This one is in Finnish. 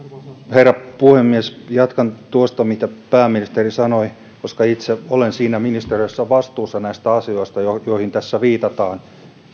herra puhemies jatkan tuosta mitä pääministeri sanoi koska itse olen siinä ministeriössä vastuussa näistä asioista joihin tässä viitataan